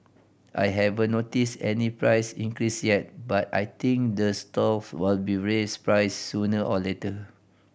I haven't noticed any price increase yet but I think the stalls will raise prices sooner or later